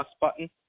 button